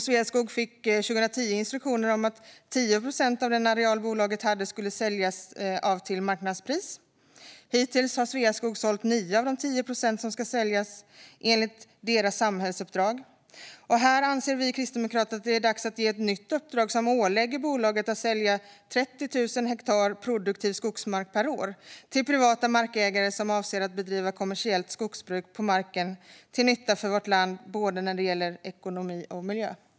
Sveaskog fick 2010 instruktioner om att 10 procent av den areal bolaget hade skulle säljas av till marknadspris. Hittills har Sveaskog sålt 9 av de 10 procent som ska säljas enligt Sveaskogs samhällsuppdrag. Här anser vi kristdemokrater att det är dags att ge ett nytt uppdrag som ålägger bolaget att sälja 30 000 hektar produktiv skogsmark per år till privata markägare som avser att bedriva kommersiellt skogsbruk på marken till nytta för vårt land när det gäller både ekonomi och miljö.